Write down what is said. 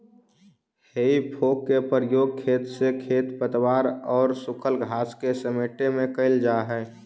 हेइ fork के प्रयोग खेत से खेर पतवार औउर सूखल घास के समेटे में कईल जा हई